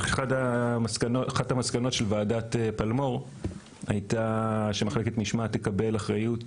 אחת המסקנות של וועדת פלמו"ר הייתה שמחלקת משמעת תקבל אחריות